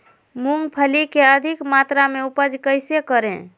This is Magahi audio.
मूंगफली के अधिक मात्रा मे उपज कैसे करें?